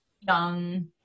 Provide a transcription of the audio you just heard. young